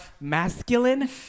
masculine